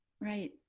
Right